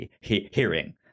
hearing